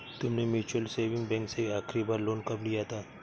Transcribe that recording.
तुमने mutual saving bank से आखरी बार लोन कब लिया था?